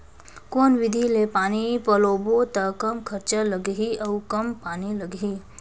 कौन विधि ले पानी पलोबो त कम खरचा लगही अउ कम पानी लगही?